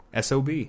SOB